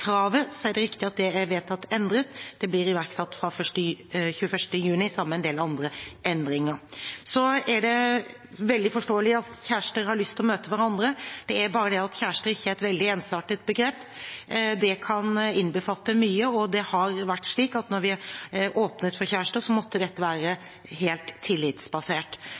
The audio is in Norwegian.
er det riktig at det er vedtatt endret: Det blir iverksatt 21. juni sammen med en del andre endringer. Det er veldig forståelig at kjærester har lyst til å møte hverandre. Det er bare det at kjærester ikke er et veldig ensartet begrep – det kan innbefatte mye – og det var slik at når vi åpnet for kjærester, måtte dette være helt tillitsbasert.